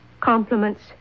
compliments